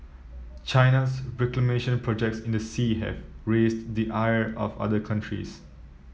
China's reclamation projects in the sea have raised the ire of other countries